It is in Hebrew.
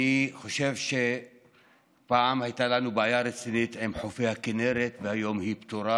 אני חושב שפעם הייתה לנו בעיה רצינית עם חופי הכינרת והיום היא פתורה,